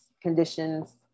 conditions